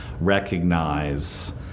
recognize